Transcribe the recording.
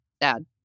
Dad